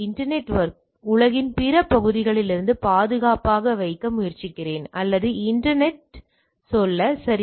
internet நெட்ஒர்க்கை உலகின் பிற பகுதிகளிலிருந்து பாதுகாப்பாக வைக்க முயற்சிக்கிறேன் அல்லது இன்டர்நெட்டை சொல்ல சரி